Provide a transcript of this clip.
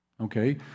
Okay